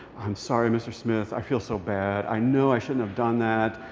i'm sorry, mr. smith. i feel so bad. i know i shouldn't have done that.